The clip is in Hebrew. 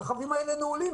הרכבים האלה נעולים,